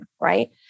right